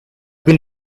been